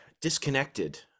disconnected